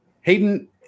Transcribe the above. Hayden